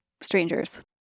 Strangers